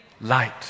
light